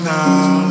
now